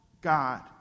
God